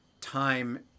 time